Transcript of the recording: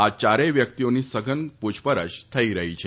આ ચારેય વ્યક્તિઓની સઘન પુછપરછ ચાલી રહી છે